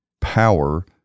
power